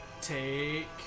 take